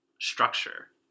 structure